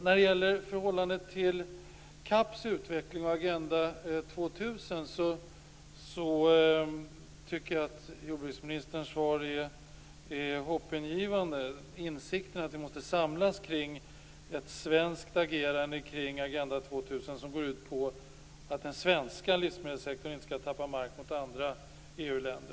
När det gäller förhållandet till CAP:s utveckling och Agenda 2000 tycker jag att jordbruksministerns svar är hoppingivande, nämligen insikten om att vi måste samlas kring ett svenskt agerande kring Agenda 2000, som går ut på att den svenska livsmedelssektorn inte skall tappa mark gentemot andra EU-länder.